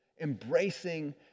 embracing